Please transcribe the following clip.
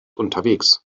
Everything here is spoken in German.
unterwegs